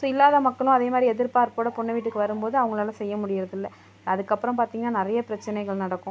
இல்லாத மக்களும் அதே மாதிரி எதிர் பார்ப்போடு பொண்ணு வீட்டுக்கு வரும்போது அவங்களால செய்ய முடியறதில்ல அதுக்கப்புறோம் பார்த்திங்ன்னா நிறைய பிரச்சினைகள் நடக்கும்